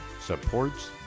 Supports